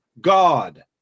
God